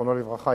זיכרונו לברכה,